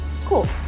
Cool